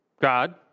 God